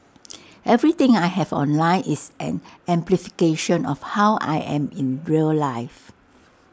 everything I have online is an amplification of how I am in real life